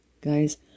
Guys